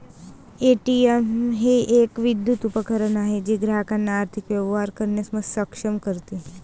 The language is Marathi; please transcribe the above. ए.टी.एम हे एक विद्युत उपकरण आहे जे ग्राहकांना आर्थिक व्यवहार करण्यास सक्षम करते